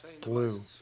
blue